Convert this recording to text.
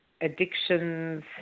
addictions